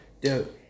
dude